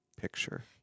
picture